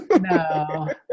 No